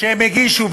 שהם הגישו,